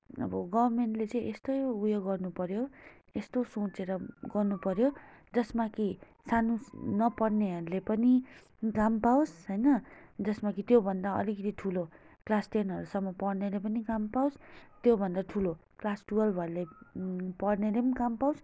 अब गर्मेन्टले चाहिँ यस्तो उयो गर्नुपर्यो यस्तो सोचेर गर्नुपर्यो जसमा कि सानो नपढ्नेहरूले पनि काम पाओस् होइन जसमा कि त्योभन्दा अलिकिति ठुलो क्लास टेनहरूसम्म पढ्नेले पनि काम पाओस् त्योभन्दा ठुलो क्लास टुवेल्भहरूले पढ्नेले पनि काम पाओस्